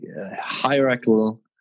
hierarchical